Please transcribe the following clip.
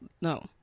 no